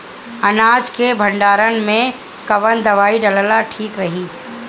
अनाज के भंडारन मैं कवन दवाई डालल ठीक रही?